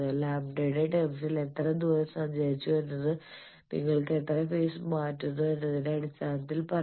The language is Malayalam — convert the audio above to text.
ലാംഡയുടെ ടേമ്സിൽ എത്ര ദൂരം സഞ്ചരിച്ചു എന്നത് നിങ്ങൾക്ക് എത്ര ഫേയ്സ് മാറ്റുന്നു എന്നതിന്റെ അടിസ്ഥാനത്തിലും പറയാം